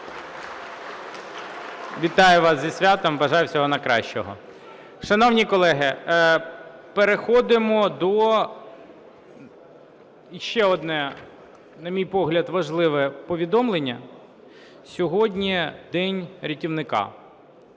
Вітаю вас зі святом, бажаю всього найкращого! Шановні колеги, переходимо до… Ще одне, на мій погляд, важливе повідомлення. Сьогодні День рятівника.